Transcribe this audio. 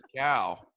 cow